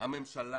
הממשלה